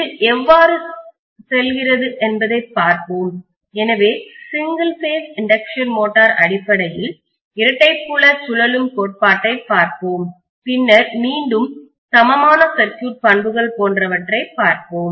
இது எவ்வாறு செல்கிறது என்பதைப் பார்ப்போம் எனவே சிங்கிள் பேஸ் இண்டக்ஷன் மோட்டார் அடிப்படையில் இரட்டை புல சுழலும் கோட்பாட்டைப் பார்ப்போம் பின்னர் மீண்டும் சமமான சர்க்யூட்பண்புகள் போன்றவற்றைப் பார்ப்போம்